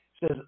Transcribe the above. says